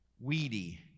weedy